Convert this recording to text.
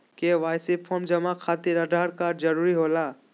KYC form जमा खातिर Aadhaar card जरूरी होला?